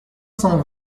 cent